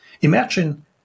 Imagine